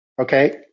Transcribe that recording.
Okay